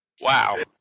Wow